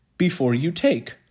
before-you-take